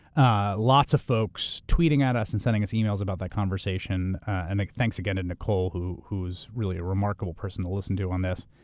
ah lots of folks tweeting at us and sending us emails about that conversation, and thanks again to nikole, who's really a remarkable person to listen to on this.